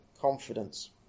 confidence